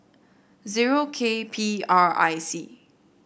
zero K P R I C